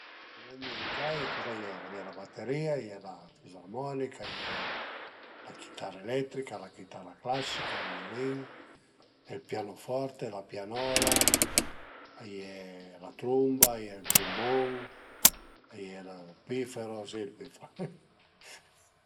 Strüment müsicai coza a ie, a ie la baterìa,a ie la fizarmonica, a ie la chitarra elettrica, la chitarra classica, ël viulin, ël pianoforte, la pianola, a ie la trumba, a ie ël trumbun, a ie ël piffero